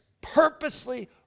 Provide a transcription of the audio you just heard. purposely